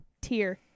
tier